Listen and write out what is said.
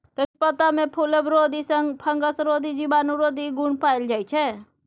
तेजपत्तामे फुलबरोधी, फंगसरोधी, जीवाणुरोधी गुण पाएल जाइ छै